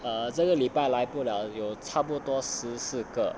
err 这个礼拜来不了有差不多十四个